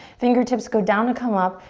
fingertips go down to come up.